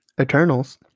Eternals